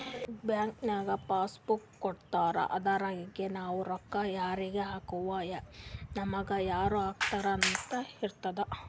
bank ನಾಗ್ passbook ಕೊಡ್ತಾರ ಅದುರಗೆ ನಾವ್ ರೊಕ್ಕಾ ಯಾರಿಗ ಹಾಕಿವ್ ನಮುಗ ಯಾರ್ ಹಾಕ್ಯಾರ್ ಅಂತ್ ಇರ್ತುದ್